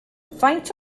faint